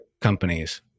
companies